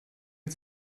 mit